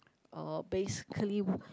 uh basically